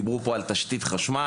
דיברו פה על תשתית חשמל.